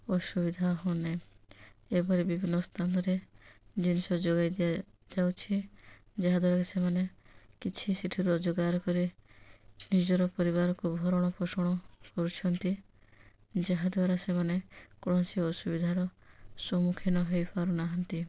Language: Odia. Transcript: ଅସୁବିଧା ହେଉନି ଏପରି ବିଭିନ୍ନ ସ୍ଥାନରେ ଜିନିଷ ଯୋଗାଇ ଦିଆଯାଉଛି ଯାହା ଦ୍ୱାରାକି ସେମାନେ କିଛି ସେଇଠି ରୋଜଗାର କରି ନିଜର ପରିବାରକୁ ଭରଣପୋଷଣ କରୁଛନ୍ତି ଯାହା ଦ୍ୱାରା ସେମାନେ କୌଣସି ଅସୁବିଧାର ସମ୍ମୁଖୀନ ହୋଇପାରୁନାହାନ୍ତି